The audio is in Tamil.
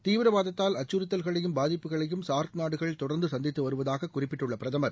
தீவிரவாதத்தால் அச்சுறுத்தல்களையும் பாதிப்புகளையும் சார்க் நாடுகள் தொடர்ந்து சந்தித்து வருவதாக குறிப்பிட்டுள்ள பிரதமர்